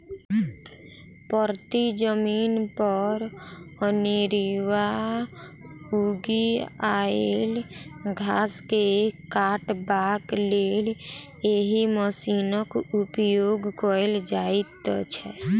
परती जमीन पर अनेरूआ उगि आयल घास के काटबाक लेल एहि मशीनक उपयोग कयल जाइत छै